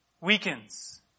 weakens